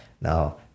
now